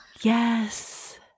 Yes